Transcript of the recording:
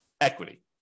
equity